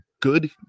good